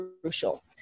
crucial